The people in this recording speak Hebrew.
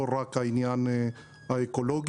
לא רק לעניין האקולוגי,